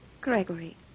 Gregory